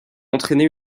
entraîné